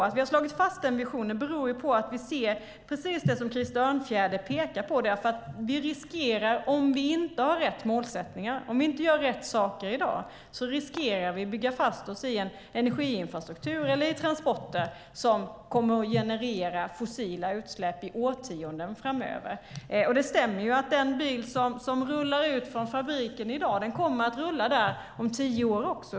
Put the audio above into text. Att vi har slagit fast den visionen beror dock på att vi ser precis det Krister Örnfjäder pekar på: Om vi inte har rätt målsättningar och gör rätt saker i dag riskerar vi att bygga fast oss i en energiinfrastruktur eller i transporter som kommer att generera fossila utsläpp i årtionden framöver. Det stämmer att den bil som rullar ut från fabriken i dag kommer att rulla om tio år också.